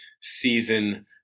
season